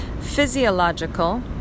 Physiological